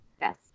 Yes